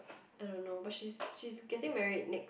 I don't know but she's she's getting married next